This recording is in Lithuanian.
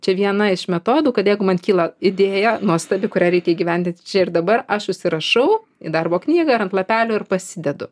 čia viena iš metodų kad jeigu man kyla idėja nuostabi kurią reikia įgyvendinti čia ir dabar aš užsirašau į darbo knygą ar ant lapelio ir pasidedu